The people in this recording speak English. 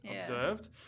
observed